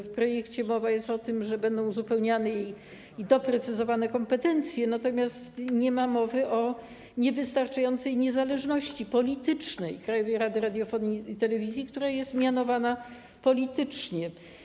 W projekcie mowa jest o tym, że będą uzupełniane i doprecyzowane kompetencje, natomiast nie ma mowy o niewystarczającej niezależności politycznej Krajowej Rady Radiofonii i Telewizji, która jest mianowana politycznie.